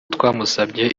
twamusabye